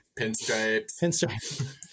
Pinstripes